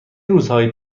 روزهایی